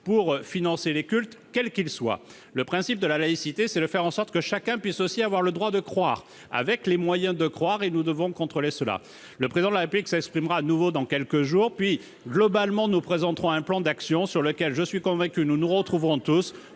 publics des cultes, quels qu'ils soient. Le principe de la laïcité est de faire en sorte que chacun puisse avoir le droit de croire, en en ayant les moyens ; nous devons contrôler cela. Le Président de la République s'exprimera de nouveau dans quelques jours, puis nous présenterons un plan d'action, sur lequel, j'en suis convaincu, nous nous retrouverons tous,